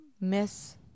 Miss